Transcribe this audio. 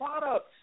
products